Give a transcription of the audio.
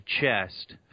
chest